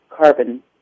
carbon